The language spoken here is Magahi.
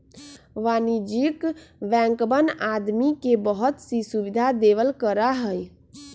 वाणिज्यिक बैंकवन आदमी के बहुत सी सुविधा देवल करा हई